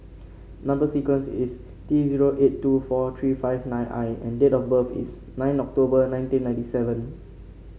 number sequence is T zero eight two four three five nine I and date of birth is nine October nineteen ninety seven